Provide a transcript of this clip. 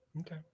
Okay